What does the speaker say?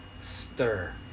Stir